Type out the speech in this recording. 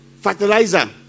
fertilizer